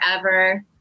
forever